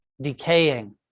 decaying